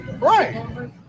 Right